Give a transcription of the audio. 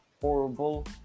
horrible